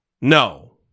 No